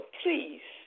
please